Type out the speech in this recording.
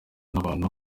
gukorana